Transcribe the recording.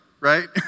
right